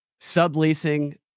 subleasing